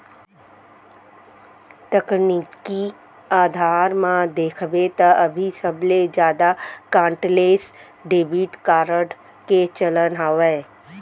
तकनीकी अधार म देखबे त अभी सबले जादा कांटेक्टलेस डेबिड कारड के चलन हावय